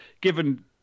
given